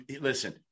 Listen